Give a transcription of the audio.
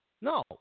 no